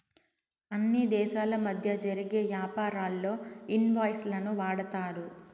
అన్ని దేశాల మధ్య జరిగే యాపారాల్లో ఇన్ వాయిస్ లను వాడతారు